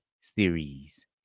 series